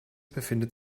befindet